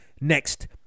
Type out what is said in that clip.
next